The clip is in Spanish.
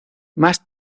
más